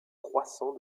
croissant